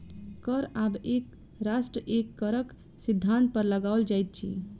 कर आब एक राष्ट्र एक करक सिद्धान्त पर लगाओल जाइत अछि